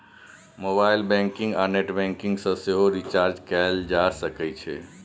mobile banking आ net banking सँ सेहो रिचार्ज कएल जा सकै छै